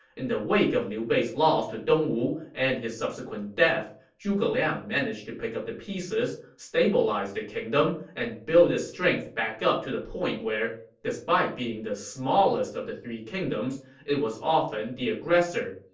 in the wake of liu bei's loss to dongwu and his subsequent death, zhuge liang managed to pick up the pieces stabilize the kingdom, and build its strength back up to the point where, despite being the smallest of the three kingdoms, it was often the aggressor.